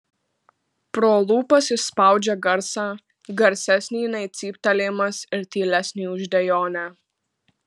pro lūpas išspaudžia garsą garsesnį nei cyptelėjimas ir tylesnį už dejonę